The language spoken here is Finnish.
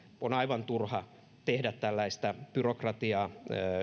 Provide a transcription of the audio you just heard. on aivan turha tehdä tällaista byrokratiaa